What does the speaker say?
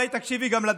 אולי גם תקשיבי לדברים.